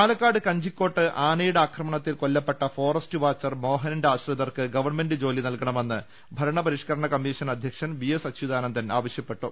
പാലക്കാട് കഞ്ചിക്കോട് ആനയുടെ ആക്രമണത്തിൽ കൊല്ലപ്പെട്ട ഫ്രോറെസ്റ്റ് വാച്ചർ മോഹനന്റെ ആശ്രിതർക്ക് ഗവർണമെന്റ് ജോലി നൽകണമെന്ന് ഭരണപരിഷ്കരണ കമ്മീഷൻ അധ്യക്ഷൻ വി എസ് അച്യുതാനന്ദൻ ആവശ്യപ്പെട്ടു